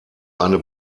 eine